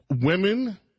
women